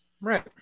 right